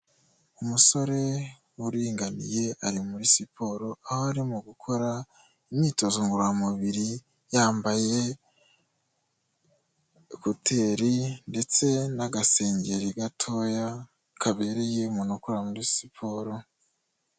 Umusore uringaniye ari muri siporo aho arimo gukora imyitozo ngororamubiri, yambaye ekuteri ndetse n'agasengeri gatoya kabereye umuntu ukora muri siporo.